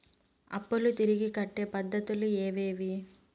అప్పులు తిరిగి కట్టే పద్ధతులు ఏవేవి